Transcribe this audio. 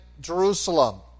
Jerusalem